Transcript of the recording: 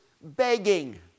begging